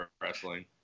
wrestling